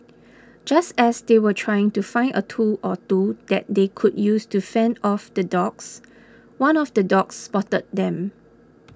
just as they were trying to find a tool or two that they could use to fend off the dogs one of the dogs spotted them